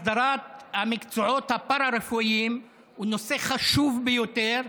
הסדרת המקצועות הפארה-רפואיים היא נושא חשוב ביותר.